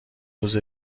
روز